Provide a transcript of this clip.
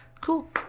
cool